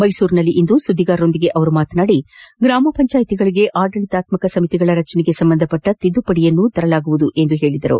ಮೈಸೂರಿನಲ್ಲಿಂದು ಸುದ್ದಿಗಾರರೊಂದಿಗೆ ಮಾತನಾಡಿದ ಅವರು ಗ್ರಾಮ ಪಂಚಾಯತ್ಗಳಿಗೆ ಆಡಳಿತಾತ್ಮಕ ಸಮಿತಿಗಳ ರಚನೆಗೆ ಸಂಬಂಧಿಸಿದ ತಿದ್ದುಪಡಿಯನ್ನೂ ತರಲಾಗುವುದು ಎಂದು ಹೇಳಿದರು